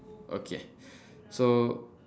okay so